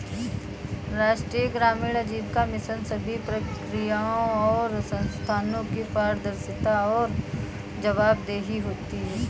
राष्ट्रीय ग्रामीण आजीविका मिशन सभी प्रक्रियाओं और संस्थानों की पारदर्शिता और जवाबदेही होती है